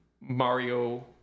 mario